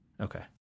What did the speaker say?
Okay